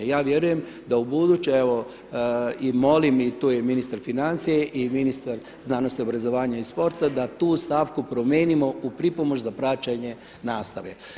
Ja vjerujem da u buduće evo i molim i tu je i ministar financija i ministar znanosti, obrazovanja i sporta da tu stavku promijenimo u pripomoć za praćenje nastave.